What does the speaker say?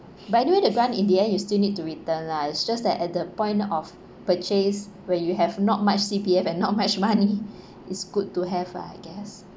but anyway the grant in the end you still need to return lah it's just that at the point of purchase when you have not much C_P_F and not much money is good to have lah I guess